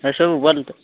ଆଉ ସବୁ ଭଲ ତ